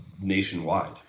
nationwide